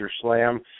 Slam